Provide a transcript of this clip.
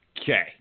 Okay